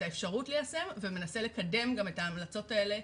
את האפשרות ליישם ומנסה לקדם גם את ההמלצות האלה,